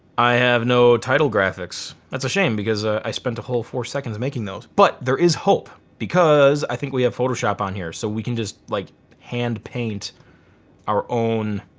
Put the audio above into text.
i have no title graphics. that's a shame because i spent a whole four seconds making those. but there is hope because i think we have photoshop on here so we can just like hand paint our own,